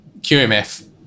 QMF